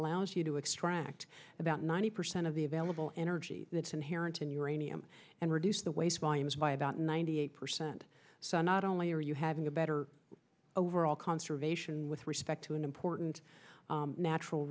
allows you to extract about ninety percent of the available energy that's inherent in uranium and reduce the waste volumes by about ninety eight percent so not only are you having a better overall conservation with respect to an important natural